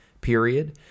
period